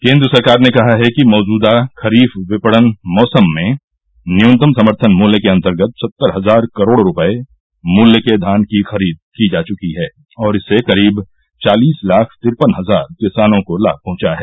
केंद्र सरकार ने कहा है कि मौजूदा खरीफ विपणन मौसम में न्यूनतम सम्थन मूल्य के अंतर्गत सत्तर हजार करोड़ रुपये मूल्य के धान की खरीद की जा चुकी है और इससे करीब चालीस लाख तिरपन हजार किसानों को लाभ पहुंचा है